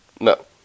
No